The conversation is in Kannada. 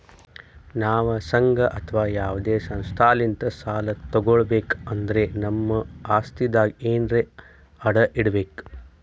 ನಾವ್ ಸಂಘ ಅಥವಾ ಯಾವದೇ ಸಂಸ್ಥಾಲಿಂತ್ ಸಾಲ ತಗೋಬೇಕ್ ಅಂದ್ರ ನಮ್ ಆಸ್ತಿದಾಗ್ ಎನರೆ ಅಡ ಇಡ್ಬೇಕ್